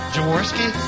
Jaworski